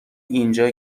اینجا